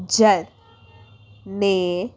gel ਨੇ